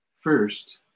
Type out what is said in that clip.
First